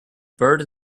bird